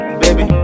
baby